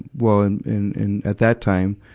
well, and in, in, at that time,